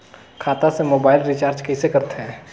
खाता से mobile recharge कइसे करथे